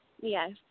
Yes